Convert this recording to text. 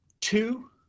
two